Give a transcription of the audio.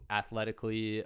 athletically